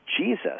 Jesus